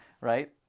right